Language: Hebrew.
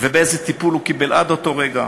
ואיזה טיפול הוא קיבל עד לאותו רגע,